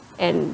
and